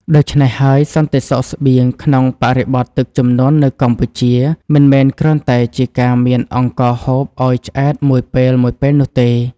ដូច្នេះហើយ សន្តិសុខស្បៀងក្នុងបរិបទទឹកជំនន់នៅកម្ពុជា មិនមែនគ្រាន់តែជាការមានអង្ករហូបឱ្យឆ្អែតមួយពេលៗនោះទេ។